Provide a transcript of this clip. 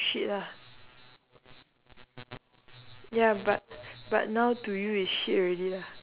ya wouldn't it be better if we just like random talk about like actually talking about the shopping